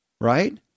right